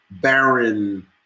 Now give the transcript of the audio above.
barren